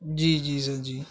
جی جی سر جی